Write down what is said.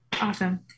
awesome